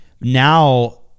Now